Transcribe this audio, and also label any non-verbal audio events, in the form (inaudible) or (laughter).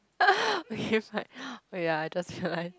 (laughs) okay like oh ya I just realise